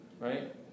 right